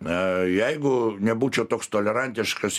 na jeigu nebūčiau toks tolerantiškas